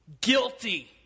Guilty